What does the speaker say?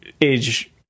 age